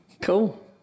Cool